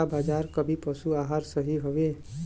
का बाजार क सभी पशु आहार सही हवें?